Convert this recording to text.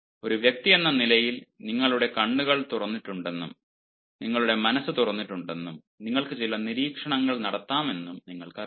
ഒരു വ്യക്തിയെന്ന നിലയിൽ നിങ്ങളുടെ കണ്ണുകൾ തുറന്നിട്ടുണ്ടെന്നും നിങ്ങളുടെ മനസ്സ് തുറന്നിട്ടുണ്ടെന്നും നിങ്ങൾക്ക് ചില നിരീക്ഷണങ്ങൾ നടത്താമെന്നും നിങ്ങൾക്കറിയാം